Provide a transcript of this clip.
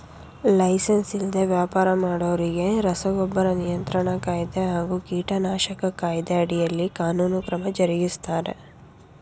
licence ಇಲ್ದೆ ವ್ಯಾಪರ ಮಾಡೋರಿಗೆ ರಸಗೊಬ್ಬರ ನಿಯಂತ್ರಣ ಕಾಯ್ದೆ ಹಾಗೂ ಕೀಟನಾಶಕ ಕಾಯ್ದೆ ಅಡಿಯಲ್ಲಿ ಕಾನೂನು ಕ್ರಮ ಜರುಗಿಸ್ತಾರೆ